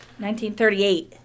1938